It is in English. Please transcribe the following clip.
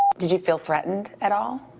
did you feel threatened at all?